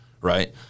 right